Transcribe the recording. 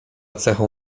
cechą